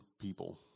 people